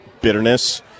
bitterness